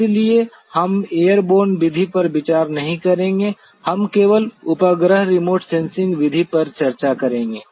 इसलिए हम एयरबोर्न विधि पर विचार नहीं करेंगे हम केवल उपग्रह रिमोट सेंसिंग विधि पर चर्चा करेंगे